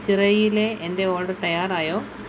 ചിറയിലെ എന്റെ ഓഡർ തയാറായോ